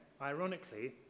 ironically